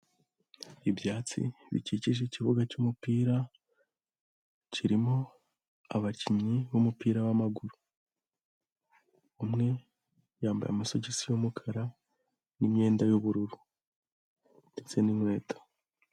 Ibyatsi bikikije ikibuga cy'umupira kirimo abakinnyi b'umupira w'amaguru, umwe yambaye amasogisi y'umukara n'imyenda y'ubururu ndetse n'inkweto.